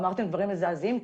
אמרתם דברים מזעזעים כולכם.